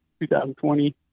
2020